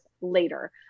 later